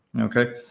okay